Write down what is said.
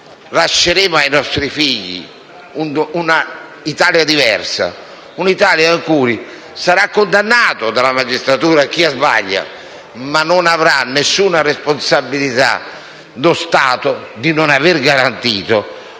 lasceremo ai nostri figli un'Italia diversa, un'Italia in cui sarà condannato dalla magistratura chi sbaglia. Ma non avrà alcuna responsabilità lo Stato per non aver garantito